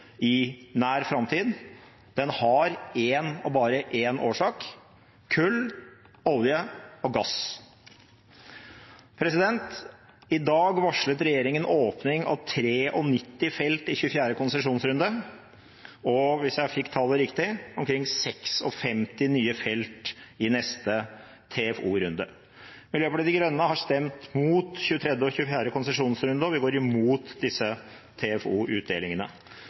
i nær framtid, har én og bare én årsak: kull, olje og gass. I dag varslet regjeringen åpning av 93 felt i den 24. konsesjonsrunden, og hvis jeg fikk tallet riktig, omkring 56 nye felt i neste TFO-runde. Miljøpartiet De Grønne har stemt imot den 23. og den 24. konsesjonsrunden, og vi går imot disse